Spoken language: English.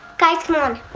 guys come on.